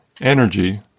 energy